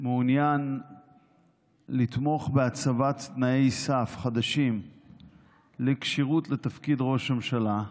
מעוניין לתמוך בהצבת תנאי סף חדשים לכשירות לתפקיד ראש ממשלה,